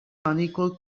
unequal